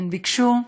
הן ביקשו: